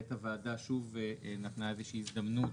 וכעת הוועדה שוב נתנה איזושהי הזדמנות